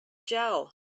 gel